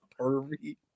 Pervy